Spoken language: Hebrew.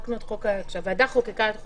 כשהוועדה חוקקה את חוק